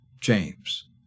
James